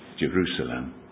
Jerusalem